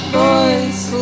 boys